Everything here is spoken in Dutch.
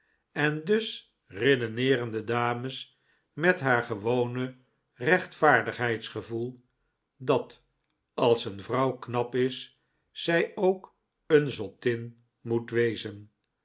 en dus redeneeren de dames met haar gewone rechtvaardigheidsgevoel dat als een vrouw knap is zij ook een zottin moet wezen